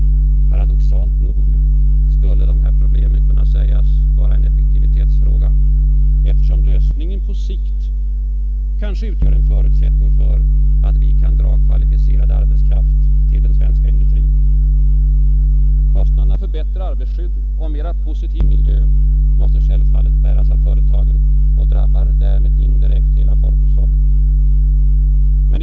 Paradoxalt nog skulle problemen kunna sägas vara en effektivitetsfråga, eftersom lösningen på sikt kanske utgör en förutsättning för att vi kan dra kvalificerad arbetskraft till den svenska industrin. Kostnaderna för bättre arbetarskydd och en mer positiv arbetsmiljö måste självfallet bäras av företagen och drabbar därmed indirekt hela folkhushållet.